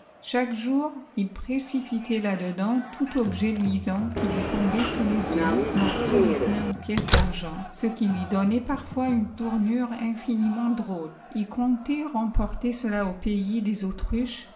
chaque jour il précipitait là dedans tout objet luisant qui lui tombait sous les yeux morceaux d'étain ou pièces d'argent ce qui lui donnait parfois une tournure infiniment drôle il comptait remporter cela au pays des autruches